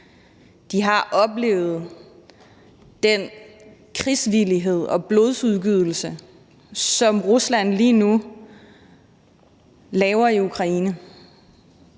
De har oplevet den krigsvillighed og blodsudgydelse, som Rusland lige nu laver i Ukraine.